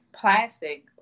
Plastic